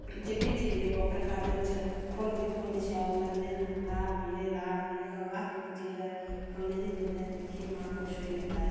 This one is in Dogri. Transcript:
जेह्की चीज होऐ अपने गार्डन च फोल्ल दिक्खो इन्ने शैल लगदे न लाल पीले लाल ओह् हर इक चीज फुल्लें गी दिक्खियै मन खुश होई जंदा ऐ